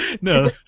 No